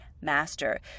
master